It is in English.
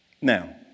Now